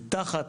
מתחת